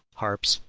harps,